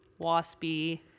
waspy